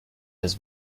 his